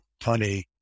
funny